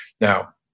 Now